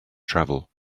travel